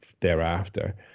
thereafter